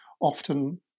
often